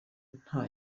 nta